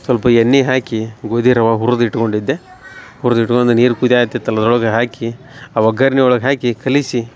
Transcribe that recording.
ಸ್ವಲ್ಪ ಎಣ್ಣಿ ಹಾಕಿ ಗೋದಿ ರವ ಹುರದ ಇಟ್ಕೊಂಡಿದ್ದೆ ಹುರ್ದ ಇಟ್ಕೊಂದ ನೀರು ಕುದ್ಯಾತಿತ್ತಲ್ಲ ಅದ್ರೊಳಗೆ ಹಾಕಿ ಆ ಒಗ್ಗರ್ಣಿ ಒಳಗೆ ಹಾಕಿ ಕಲಿಸಿ